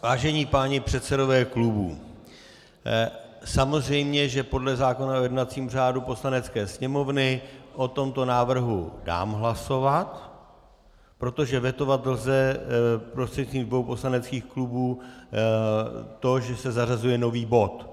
Vážení páni předsedové klubů, samozřejmě že podle zákona o jednacím řádu Poslanecké sněmovny o tomto návrhu dám hlasovat, protože vetovat lze prostřednictvím dvou poslaneckých klubů to, že se zařazuje nový bod.